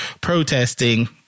protesting